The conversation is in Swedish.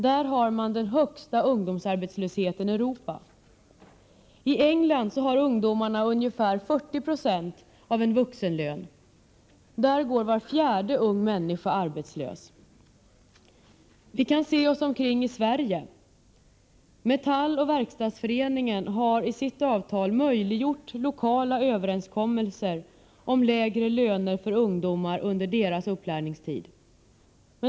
Där har man den högsta ungdomsarbetslösheten i Europa. I England har ungdomar ungefär 40 20 av en vuxenlön — där går var fjärde ung människa arbetslös. Vi kan se oss omkring i Sverige. Metall och Verkstadsföreningen har i sitt avtal möjliggjort lokala överenskommelser om lägre löner för ungdomar under deras upplärningstid.